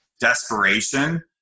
desperation